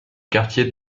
quartier